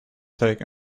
take